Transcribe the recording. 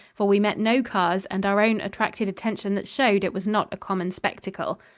for we met no cars and our own attracted attention that showed it was not a common spectacle.